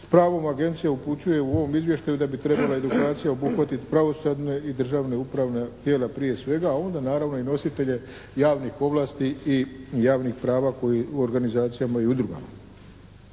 pravom Agencija upućuje u ovom izvještaju da bi edukacija trebala obuhvatiti pravosudna i državna upravna tijela prije svega, a onda naravno i nositelje javnih ovlasti i javnih prava koji u organizacijama i udrugama.